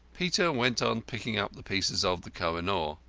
peter went on picking up the pieces of the koh-i-noor.